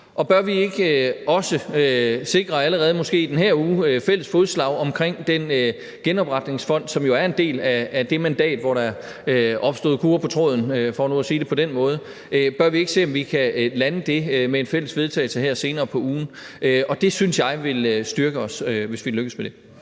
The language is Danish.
og bør vi ikke også sikre, måske allerede i den her uge, fælles fodslag omkring den genopretningsfond, som jo er en del af det mandat, hvor der opstod kurrer på tråden, for nu at sige det på den måde? Bør vi ikke se, om vi kan lande det med en fælles vedtagelse her senere på ugen? Det synes jeg ville styrke os, hvis vi lykkes med det.